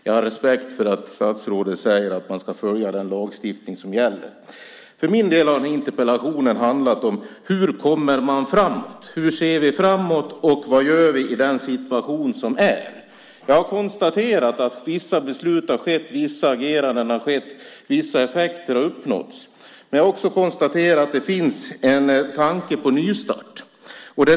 Jag har respekt för att statsrådet säger att man ska följa den lagstiftning som gäller. För min del har interpellationen handlat om: Hur kommer man framåt, hur ser vi framåt, och vad gör vi i den situation som är? Vissa beslut har fattats, vissa ageranden har skett, och vissa effekter har uppnåtts. Man jag har också konstaterat att det finns en tanke på nystart.